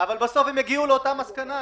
הרי בסוף הם יגיעו לאותה מסקנה,